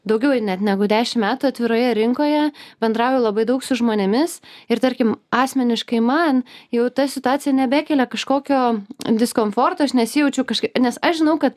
daugiau ir net negu dešim metų atviroje rinkoje bendrauju labai daug su žmonėmis ir tarkim asmeniškai man jau ta situacija nebekelia kažkokio diskomforto aš nesijaučiu kažkaip nes aš žinau kad